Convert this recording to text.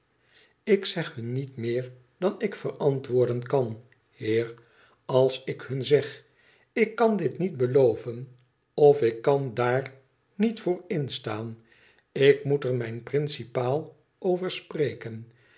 ik zeg hun niet meer dan ik verantwoorden kan heer als ik hün zeg i ik kan dit niet beloven of ik kan ddlr niet voor instaan ik moet er mijn principaal over spreken